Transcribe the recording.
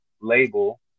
label